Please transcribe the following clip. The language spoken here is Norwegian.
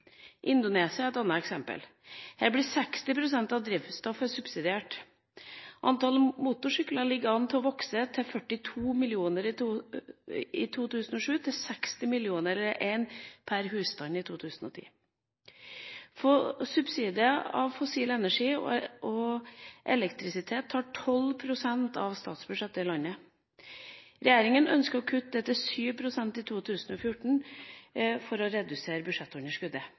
Indonesia er et annet eksempel. Her blir 60 pst. av drivstoffet subsidiert. Antall motorsykler ligger an til å vokse fra 42 millioner i 2007 til 60 millioner – det er én pr. husstand – i 2010. Subsidier til fossil energi og elektrisitet tar 12 pst. av statsbudsjettet i landet. Regjeringa ønsker å kutte det til 7 pst. i 2014 for å redusere budsjettunderskuddet.